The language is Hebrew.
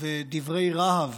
ודברי הרהב